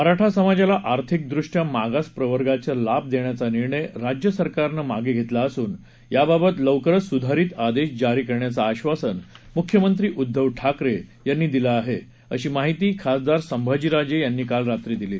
मराठा समाजाला आर्थिकदृष्टया मागास प्रवर्गाचे लाभ देण्याचा निर्णय राज्य सरकारनं मागं घेतला असून याबाबत लवकरच सुधारित आदेश जारी करण्याचं आश्वासन मुख्यमंत्री उद्दव ठाकरे यांनी दिलं आहे अशी माहिती खासदार संभाजीराजे यांनी काल रात्री दिली